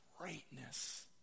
greatness